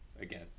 again